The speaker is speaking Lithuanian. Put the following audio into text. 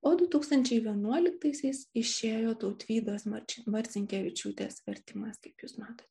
o du tūkstančiai vienuoliktaisiais išėjo tautvydos marč marcinkevičiūtės vertimas kaip jūs matot